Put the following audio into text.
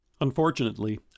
Unfortunately